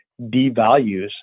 devalues